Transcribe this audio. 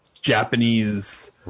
Japanese